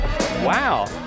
Wow